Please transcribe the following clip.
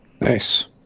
Nice